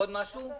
עוד משהו?